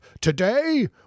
Today